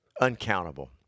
uncountable